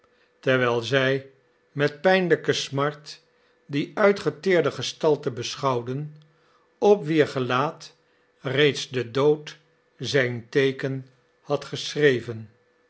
terwijl zij met pijnlijke smart die uitgeteerde gestalte beschouwden op wier gelaat reeds de dood zijn teeken had geschreven